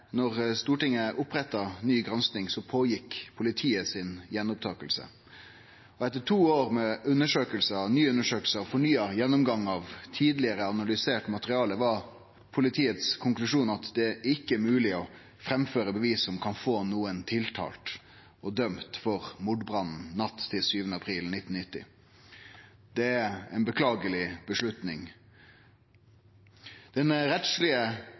Stortinget oppretta ny gransking, tok politiet opp att saka. Etter to år med nye undersøkingar og ny gjennomgang av tidlegare analysert materiale var politiet sin konklusjon at det ikkje var mogleg å føre bevis som kan få nokon tiltalt og dømd for mordbrannen natt til 7. april 1990. Det er ei beklageleg avgjerd. Den rettslege